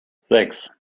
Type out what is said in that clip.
sechs